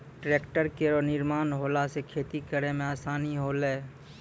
tractor केरो निर्माण होला सँ खेती करै मे आसानी होलै